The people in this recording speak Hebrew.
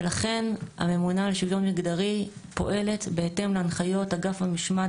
ולכן הממונה לשוויון מגדרי פועלת בהתאם להנחיות אגף המשמעת